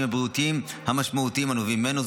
הבריאותיים המשמעותיים הנובעים ממנו.